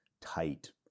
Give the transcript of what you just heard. tight